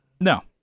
no